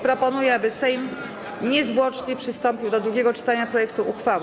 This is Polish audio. Proponuję, aby Sejm niezwłocznie przystąpił do drugiego czytania projektu uchwały.